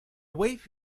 wave